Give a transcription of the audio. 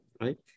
right